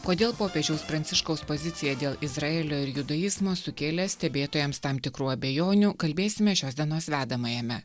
kodėl popiežiaus pranciškaus pozicija dėl izraelio ir judaizmo sukėlė stebėtojams tam tikrų abejonių kalbėsime šios dienos vedamajame